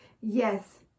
yes